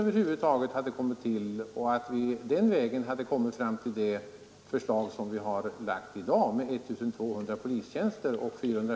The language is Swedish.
Om det varit så att sätter jag om vägen hade kommit fram till det förslag som här har lagts med 1 200